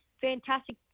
fantastic